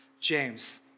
James